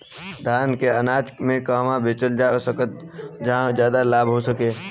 धान के अनाज के कहवा बेचल जा सकता जहाँ ज्यादा लाभ हो सके?